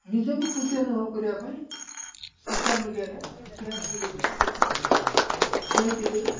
ନିଜକୁ ଖୁସି ଅନୁଭବ କରିବା ପାଇଁ ସୋସିଆଲ ମିଡ଼ିଆରେ ଡ୍ୟାନ୍ସ ଭିଡ଼ିଓଗୁଡ଼ାକ ଦେଖିଥାଏ ଯେମିତିକି